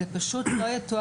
זה לא יתואר.